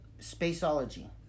spaceology